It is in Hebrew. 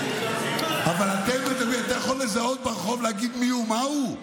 אתה יכול לזהות ברחוב, להגיד מיהו, מהו?